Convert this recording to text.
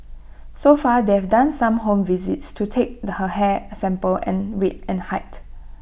so far they've done some home visits to take her hair sample and weight and height